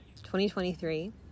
2023